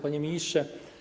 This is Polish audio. Panie Ministrze!